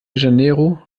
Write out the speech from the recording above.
janeiro